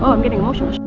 um i'm getting emotional.